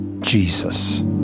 Jesus